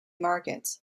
markets